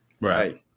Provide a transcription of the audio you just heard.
Right